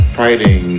fighting